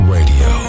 Radio